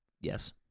Yes